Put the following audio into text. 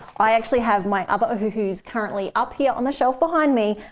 i actually have my other ohuhus currently up here on the shelf behind me.